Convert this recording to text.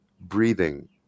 breathing